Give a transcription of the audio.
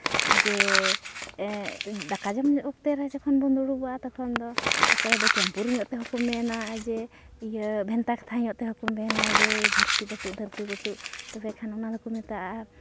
ᱡᱮ ᱫᱟᱠᱟ ᱡᱚᱢ ᱚᱠᱛᱚ ᱨᱮ ᱡᱚᱠᱷᱚᱱ ᱵᱚᱱ ᱫᱩᱲᱩᱵᱚᱜᱼᱟ ᱛᱚᱠᱷᱚᱱ ᱫᱚ ᱚᱠᱚᱭ ᱫᱚ ᱪᱟᱹᱢᱯᱩᱨ ᱧᱚᱜ ᱛᱮᱦᱚᱸ ᱠᱚ ᱢᱮᱱᱟ ᱡᱮ ᱤᱭᱟᱹ ᱵᱷᱮᱱᱛᱟ ᱠᱟᱛᱷᱟ ᱧᱚᱜ ᱛᱮᱦᱚᱸ ᱠᱚ ᱢᱮᱱᱟ ᱡᱮ ᱫᱷᱟᱹᱨᱛᱤ ᱯᱟᱹᱴᱩᱵ ᱫᱷᱟᱹᱨᱛᱤ ᱯᱟᱹᱴᱩᱵ ᱛᱚᱵᱮ ᱠᱷᱟᱱ ᱚᱱᱟ ᱫᱚᱠᱚ ᱢᱮᱛᱟᱜᱼᱟ